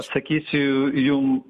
sakysiu jum